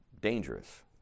dangerous